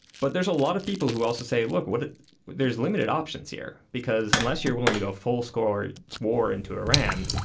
but there's a lot of people who also say look there's limited options here because unless you're willing to go full score more into iran